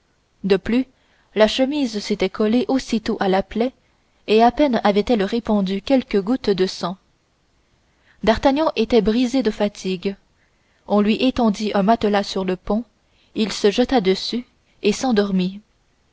de plus la chemise s'était collée aussitôt à la plaie et à peine avait-elle répandu quelques gouttes de sang d'artagnan était brisé de fatigue on lui étendit un matelas sur le pont il se jeta dessus et s'endormit